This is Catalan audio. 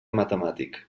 matemàtic